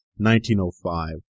1905